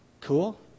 Cool